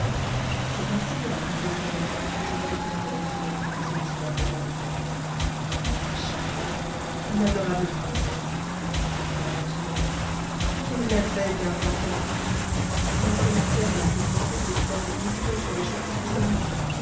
c'est ainsi que la princesse gulnare acheva de aire conna tre o raconter son histoire au roi de perse ma charmante mon adorable princesse s'écria alors ce monarque clueltes merveilles viens-je d'entendre quelle ample matière à ma curiosité de vous faire des questions sur des choses si inouïes